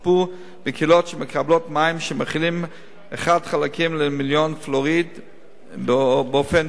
בקהילות שמקבלות מים שמכילים פלואוריד בריכוז חלק אחד למיליון באופן טבעי.